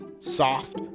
Soft